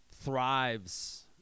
thrives